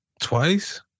twice